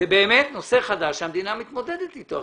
באמת נושא חדש שהמדינה מתמודדת אתו.